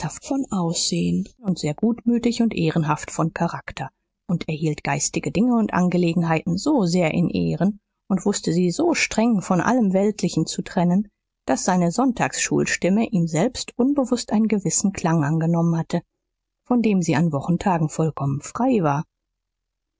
von aussehen und sehr gutmütig und ehrenhaft von charakter und er hielt geistige dinge und angelegenheiten so sehr in ehren und wußte sie so streng von allem weltlichen zu trennen daß seine sonntagsschulstimme ihm selbst unbewußt einen gewissen klang angenommen hatte von dem sie an wochentagen vollkommen frei war